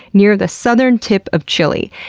near the southern tip of chile.